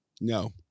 No